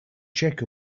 check